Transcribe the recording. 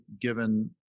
given